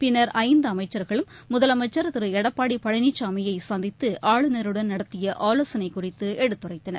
பின்னர் ஐந்து அமைச்சர்களும் முதலமைச்சர் திரு எடப்பாடி பழனிசாமியை சந்தித்து ஆளுநருடன் நடத்திய ஆலோசனைக் குறித்து எடுத்துரைத்தனர்